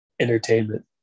entertainment